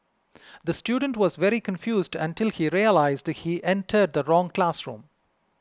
the student was very confused until he realised he entered the wrong classroom